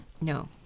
No